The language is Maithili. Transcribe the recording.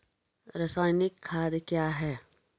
रसायनिक खाद कया हैं?